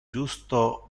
justo